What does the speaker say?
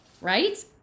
right